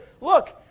look